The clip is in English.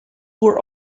were